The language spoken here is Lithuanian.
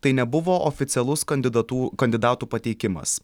tai nebuvo oficialus kandidatų kandidatų pateikimas